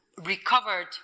recovered